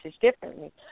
differently